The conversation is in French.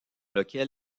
lequel